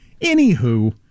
Anywho